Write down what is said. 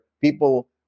people